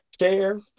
Share